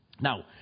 now